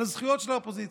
על הזכויות של האופוזיציה,